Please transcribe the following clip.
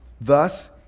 Thus